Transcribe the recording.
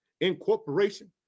incorporation